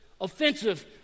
offensive